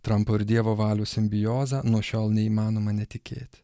trampo ir dievo valios simbioze nuo šiol neįmanoma netikėti